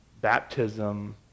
baptism